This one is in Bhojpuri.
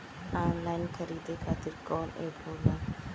आनलाइन खरीदे खातीर कौन एप होला?